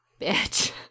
bitch